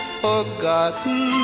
forgotten